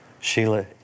Sheila